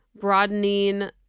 broadening